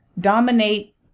dominate